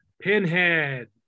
Pinhead